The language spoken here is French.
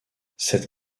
cette